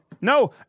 No